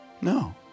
No